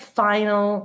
final